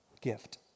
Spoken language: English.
gift